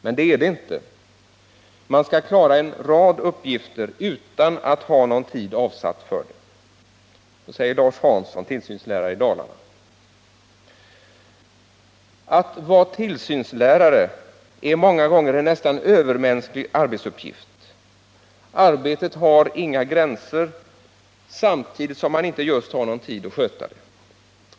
Men det är det inte, man skall klara en rad uppgifter utan att ha någon tid avsatt för det.” Så säger Lars Hansson, tillsynslärare i Dalarna. ”Att vara tillsynslärare är många gånger en nästan övermänsklig arbetsuppgift. Arbetet har inga gränser, samtidigt som man inte just har någon tid att sköta det.